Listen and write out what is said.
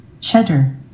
cheddar